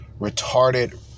retarded